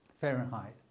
Fahrenheit